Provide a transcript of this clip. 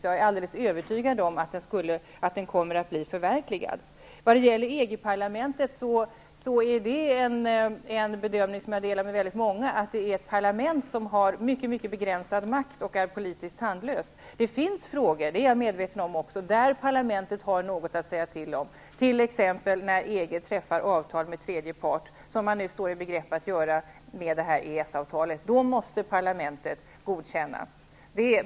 Jag är alldeles övertygad om att den kommer att bli förverkligad. Beträffande EG-parlamentet gör jag den bedömningen, och många med mig, att det parlamentet har mycket begränsad makt och saknar politisk handlingskraft. Det finns frågor -- det är jag medveten om -- där parlamentet har något att säga till om, t.ex. när EG skall träffa avtal med tredje part, precis som man nu står i begrepp att göra i fråga om EES-avtalet. Då måste parlamentet godkänna.